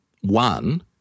One